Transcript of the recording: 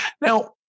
Now